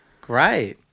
Great